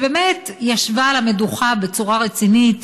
ובאמת ישבה על המדוכה בצורה רצינית,